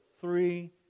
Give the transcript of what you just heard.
three